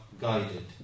guided